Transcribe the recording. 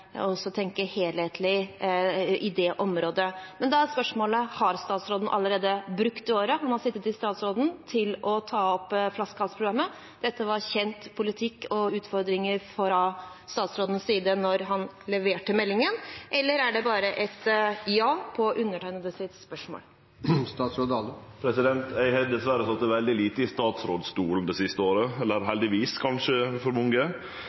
også tenke helhetlig på det området. Men da er spørsmålet: Har statsråden allerede brukt det året han har sittet i statsrådsstolen, til å ta opp flaskehalsprogrammet – dette var kjent politikk og utfordringer fra statsrådens side da han leverte meldingen – eller er det bare et «ja» på undertegnedes spørsmål? Eg har dessverre sete veldig lite i statsrådsstolen det siste året – eller kanskje heldigvis, for